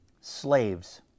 Slaves